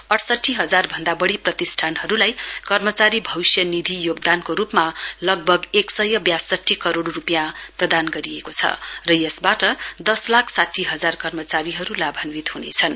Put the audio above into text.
अइसठी हजार भन्दा बढी प्रतिष्ठानहरूलाई कर्मचारी भविष्य निधि योगदानको रूपमा लगभग एक सय व्यासठी करोड़ रूपियाँ प्रधान गरिएको छ र यसबाट दस लाख साठी हजार कर्मचारीहरू लाभान्वित हुनेछन्